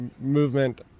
movement